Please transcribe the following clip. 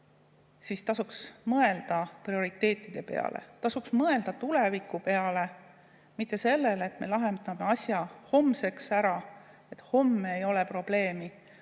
siis tasuks mõelda prioriteetide peale. Tasuks mõelda tuleviku peale, mitte vaid sellele, et me lahendame asja homseks ära, et homme ei ole probleemi.